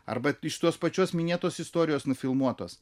arba iš tos pačios minėtos istorijos nufilmuotos